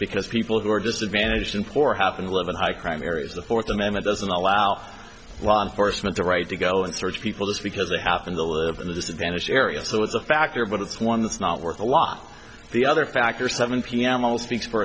because people who are disadvantaged and poor happen to live in high crime areas the fourth amendment doesn't allow law enforcement the right to go and search people just because they happen to live in the disadvantaged area so it's a factor but it's one that's not worth a lot the other factor seven pm oh speaks for